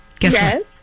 Yes